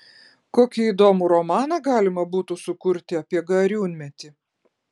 kokį įdomų romaną galima būtų sukurti apie gariūnmetį